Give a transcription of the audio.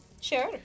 Sure